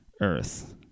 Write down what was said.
earth